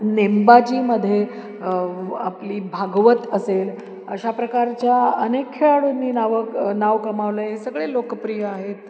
नेमबाजीमध्ये आपली भागवत असेल अशा प्रकारच्या अनेक खेळाडूंनी नाव नाव कमावलं आहे हे सगळे लोकप्रिय आहेत